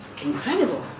Incredible